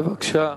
בבקשה.